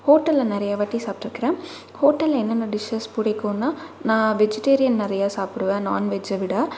ஹோட்டலில் நிறையா வாட்டி சாப்ட்டுருக்கிறேன் ஹோட்டலில் என்னென்ன டிஷ்ஷஸ் பிடிக்குன்னா நான் வெஜிடேரியன் நிறையா சாப்பிடுவேன் நான்வெஜ்ஜை விட